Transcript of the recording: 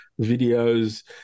videos